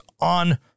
on